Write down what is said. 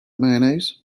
mayonnaise